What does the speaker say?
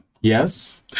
yes